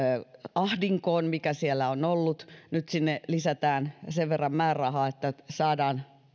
ahdinkoon mikä siellä on ollut nyt sinne lisätään sen verran määrärahaa että saadaan